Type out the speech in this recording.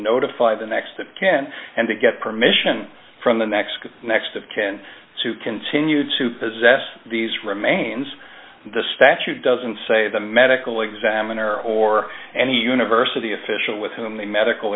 notify the next of kin and to get permission from the next the next of kin to continue to possess these remains the statute doesn't say the medical examiner or any university official with whom the medical